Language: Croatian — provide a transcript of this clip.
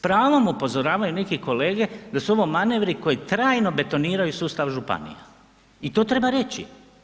S pravom upozoravaju neki kolege da su ovo manevri koji trajno betoniraju sustav županija i to treba reći.